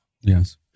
Yes